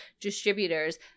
distributors